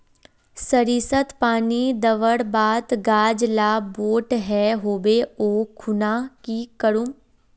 सरिसत पानी दवर बात गाज ला बोट है होबे ओ खुना की करूम?